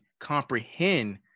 comprehend